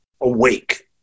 awake